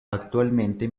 actualmente